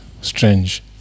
Strange